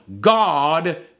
God